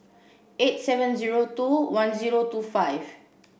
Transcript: eight seven zero two one zero two five